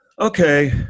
Okay